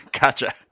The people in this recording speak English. Gotcha